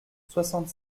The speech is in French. soixante